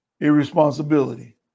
Irresponsibility